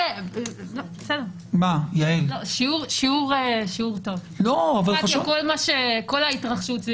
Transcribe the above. שיעור טוב כל ההתרחשות,